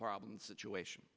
problem situation